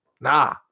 nah